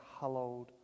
hallowed